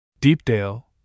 Deepdale